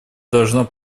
должно